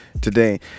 Today